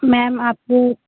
ma'am आपको